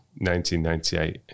1998